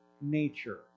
nature